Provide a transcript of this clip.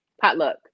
Potluck